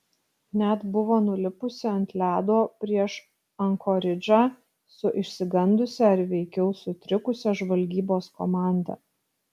net buvo nulipusi ant ledo prieš ankoridžą su išsigandusia ar veikiau sutrikusia žvalgybos komanda